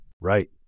Right